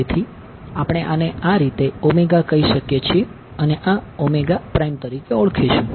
તેથી આપણે આને આ રીતે કહી શકીએ છીએ અને આ તરીકે ઓળખીશું